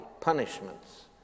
punishments